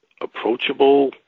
approachable